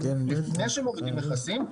לפני שמורידים מכסים,